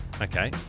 Okay